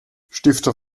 stifter